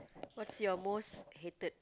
what's your most hated